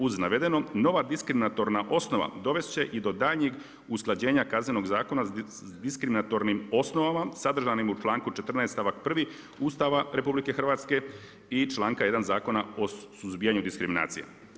Uz navedeno, nova diskriminatorna osnova dovest će i do daljnjeg usklađenja Kaznenog zakona sa diskriminatornim osnovama sadržanim u članku 14. stavak 1. Ustava RH i članka 1. Zakona o suzbijanju diskriminacije.